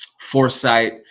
foresight